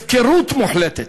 הפקרות מוחלטת.